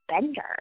bender